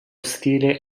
stile